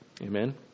Amen